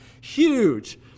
huge